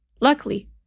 Luckily